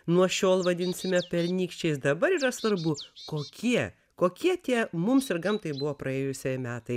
nuo šiol vadinsime pernykščiais dabar yra svarbu kokie kokie tie mums ir gamtai buvo praėjuse metai